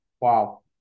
Wow